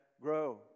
grow